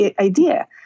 idea